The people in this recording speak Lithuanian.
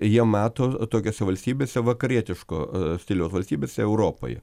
jie mato tokiose valstybėse vakarietiško stiliaus valstybėse europoje